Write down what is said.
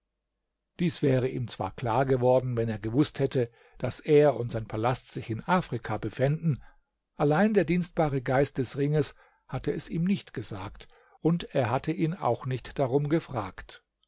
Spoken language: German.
dies wäre ihm zwar klar geworden wenn er gewußt hätte daß er und sein palast sich in afrika befänden allein der dienstbare geist des ringes hatte es ihm nicht gesagt und er hatte ihn auch nicht darum gefragt